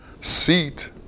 seat